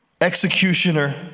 executioner